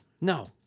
No